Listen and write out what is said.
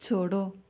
छोड़ो